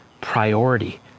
priority